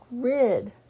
grid